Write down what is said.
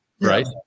right